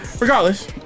Regardless